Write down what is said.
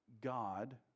God